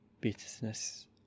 Business